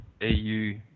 EU